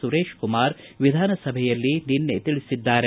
ಸುರೇಶ್ ಕುಮಾರ್ ವಿಧಾನಸಭೆಯಲ್ಲಿ ನಿನ್ನೆ ತಿಳಿಸಿದ್ದಾರೆ